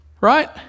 Right